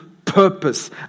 purpose